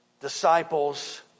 disciples